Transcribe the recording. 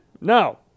No